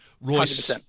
Royce